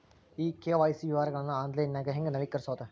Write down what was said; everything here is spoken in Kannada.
ಕೆ.ವಾಯ್.ಸಿ ವಿವರಗಳನ್ನ ಆನ್ಲೈನ್ಯಾಗ ಹೆಂಗ ನವೇಕರಿಸೋದ